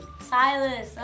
Silas